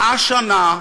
100 שנה,